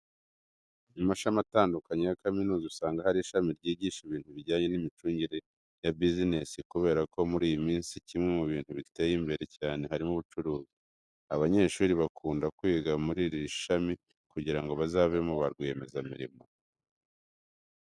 Mu mashami atandukanye ya kaminuza usanga hari ishami ryigisha ibintu bijyanye n'imicungire ya business kubera ko muri iyi minsi kimwe mu bintu biteye imbere cyane harimo ubucuruzi. Abanyeshuri bakunda kwiga muri iri shami kugira ngo bazavemo ba rwiyemezamirimo.